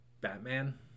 batman